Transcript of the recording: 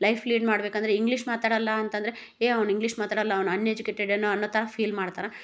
life lead ಮಾಡ್ಬೇಕಂದರೆ ಇಂಗ್ಲೀಷ್ ಮಾತಾಡಲ್ಲ ಅಂತಂದರೆ ಏ ಅವ್ನ ಇಂಗ್ಲೀಷ್ ಮಾತಾಡಲ್ಲ ಅವನು ಅನ್ಎಜುಕೇಟೆಡ್ ಏನೋ ಅನ್ನೋ ಥರ ಫೀಲ್ ಮಾಡ್ತಾರೆ